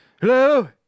Hello